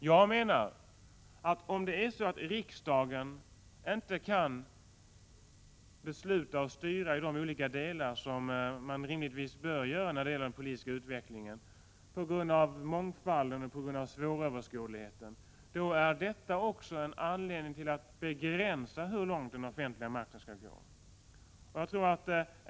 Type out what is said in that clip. Jag menar att om riksdagen inte kan besluta och styra i de delar som den rimligtvis bör göra när det gäller den politiska utvecklingen, på grund av mångfalden och svåröverskådligheten, då är detta också en anledning till att begränsa hur långt den offentliga makten skall gå.